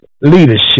leadership